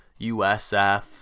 USF